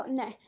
no